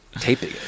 taping